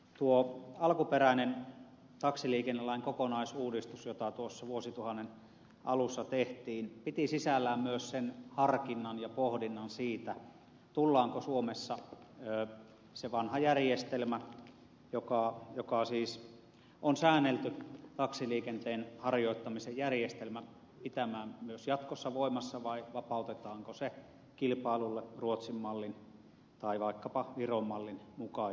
tuo alkuperäinen taksiliikennelain kokonaisuudistus jota tuossa vuosituhannen alussa tehtiin piti sisällään myös harkinnan ja pohdinnan siitä tullaanko suomessa se vanha järjestelmä joka siis on säännelty taksiliikenteen harjoittamisen järjestelmä pitämään myös jatkossa voimassa vai vapautetaanko se kilpailulle ruotsin mallin tai vaikkapa viron mallin mukaisesti